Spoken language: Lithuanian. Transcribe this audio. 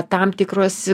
tam tikros